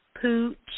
Pooch